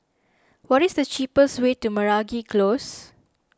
what is the cheapest way to Meragi Close